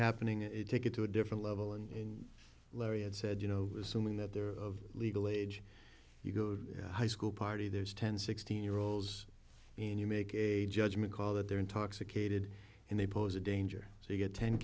happening it take it to a different level and larry had said you know someone that they're of legal age you go high school party there's ten sixteen year olds and you make a judgment call that they're intoxicated and they pose a danger so you get ten